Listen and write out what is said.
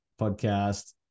podcast